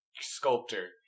sculptor